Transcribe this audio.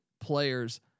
players